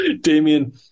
Damian